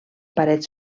parets